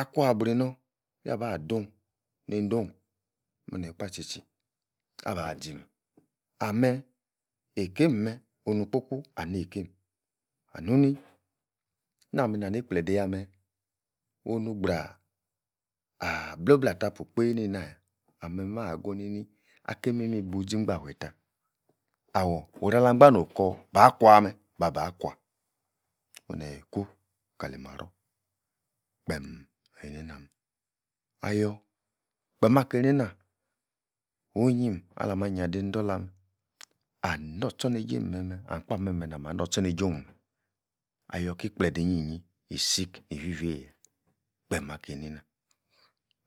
Akua-abrino, yah-ba dun, nei-dohn oneh-kpeh tchi-tchi aba-zi meh. Ameh eikein meh, onu-kpu-kpu ah neikeim anu-ni na-mi-nah-ni-gbledei yah-meh, onu-gbraaah ah-uoh-blag-ah-tapu kpei-neina-yah ahm-meh, maha-gu ni-ni aki-imim ibuvzi ingbafueh tah, awor, orala-gban nokor ba-kwa meh, babah kwa oneyi-ku kali-marorvmeh, kpeem eineina-meh ayor kpem akei-neina, ohyim ala-ma nyia-dei ni-dornlah-meh anor-tchor-neijem-meh-meh, ahm-kpaah, meh-meh na-mah nor-tchor neijorn meh ayor-ki gbledei-nyi-yi-isi ni-ifi-feyi-yah kpeem akei-neina